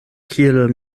kiel